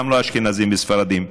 גם לא אשכנזים וספרדים.